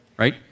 right